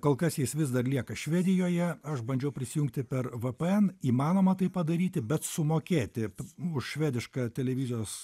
kol kas jis vis dar lieka švedijoje aš bandžiau prisijungti per vpn įmanoma taip padaryti bet sumokėti už švedišką televizijos